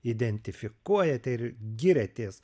identifikuojate ir giriatės